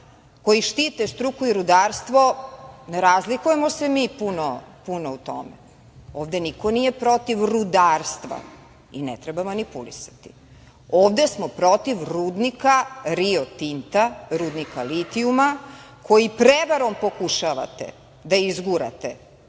koji štite struku i rudarstvo. Ne razlikujemo se mi puno u tome. Ovde niko nije protiv rudarstva i ne ne treba manipulisati. Ovde smo protiv rudnika „Rio-Tinta“, rudnika litijuma, koji prevarom pokušavate izgurate.